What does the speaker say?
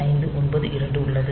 0592 உள்ளது